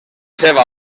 seva